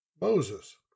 Moses